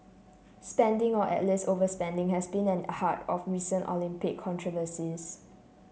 spending or at least overspending has been at the heart of recent Olympic controversies